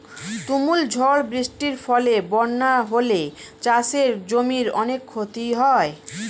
তুমুল ঝড় বৃষ্টির ফলে বন্যা হলে চাষের জমির অনেক ক্ষতি হয়